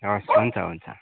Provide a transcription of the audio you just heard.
हस हुन्छ हुन्छ